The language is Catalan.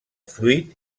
fruit